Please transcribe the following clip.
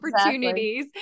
opportunities